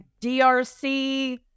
DRC